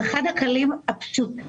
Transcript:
ייצאו מפה חוקים שלמים,